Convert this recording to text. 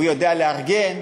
הוא יודע לארגן,